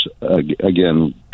Again